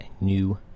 new